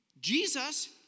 Jesus